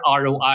ROI